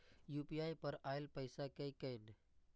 UPI पर आएल पैसा कै कैन?